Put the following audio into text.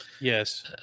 Yes